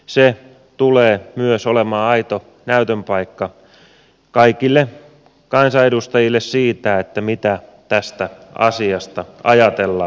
se tulee myös olemaan aito näytön paikka kaikille kansanedustajille siitä mitä tästä asiasta ajatellaan